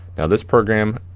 now this program,